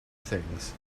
things